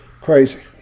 Crazy